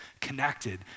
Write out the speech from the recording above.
connected